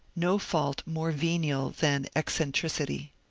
no fault more venial than eccentricity.